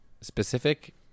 specific